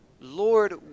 Lord